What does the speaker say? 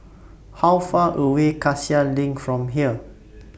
How Far away Cassia LINK from here